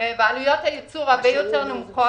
ועלויות הייצור הרבה יותר נמוכות.